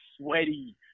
sweaty